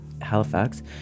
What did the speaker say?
Halifax